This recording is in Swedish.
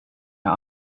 jag